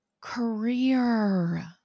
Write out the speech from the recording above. career